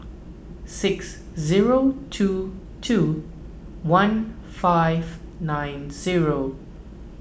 six zero two two one five nine zero